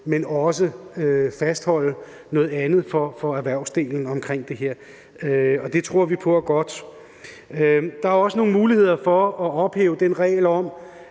men også fastholde noget andet for erhvervsdelen. Og det tror vi på er godt. Der er også nogle muligheder for at ophæve den regel om,